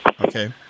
Okay